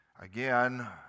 Again